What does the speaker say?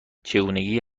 چگونگی